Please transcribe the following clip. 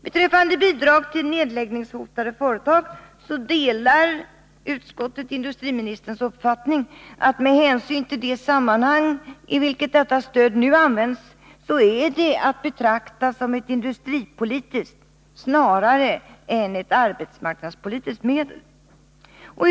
Beträffande bidrag till nedläggningshotade företag delar utskottet industriministerns uppfattning att med hänsyn till det sammanhang i vilket detta stöd nu används är det att betrakta som ett industripolitiskt snarare än ett arbetsmarknadspolitiskt medel.